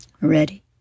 Ready